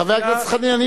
חבר הכנסת חנין,